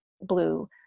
blue